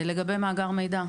לגבי מאגר מידע.